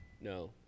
No